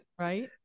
right